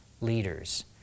leaders